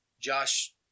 Josh